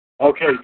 Okay